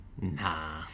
Nah